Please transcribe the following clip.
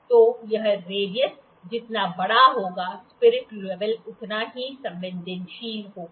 तो यह रेडियस जितना बड़ा होगा स्पिरिट लेवल उतना ही संवेदनशील होगा